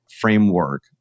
framework